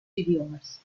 idiomas